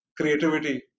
creativity